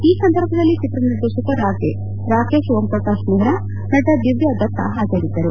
ಈ ಸಂದರ್ಭದಲ್ಲಿ ಚಿತ್ರ ನಿರ್ದೇಶಕ ರಾಕೇಶ್ ಓಂ ಪ್ರಕಾಶ್ ಮೆಹ್ರಾ ನಟಿ ದಿವ್ಡಾ ದತ್ತಾ ಹಾಜರಿದ್ದರು